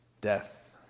death